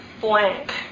blank